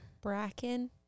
Bracken